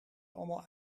allemaal